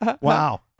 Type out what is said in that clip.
Wow